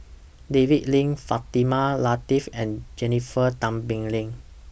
David Lim Fatimah Lateef and Jennifer Tan Bee Leng